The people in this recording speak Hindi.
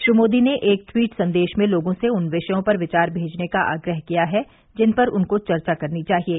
श्री मोदी ने एक ट्वीट संदेश में लोगों से उन विषयों पर विचार भेजने का आग्रह किया है जिन पर उनको चर्चा करनी चाहिये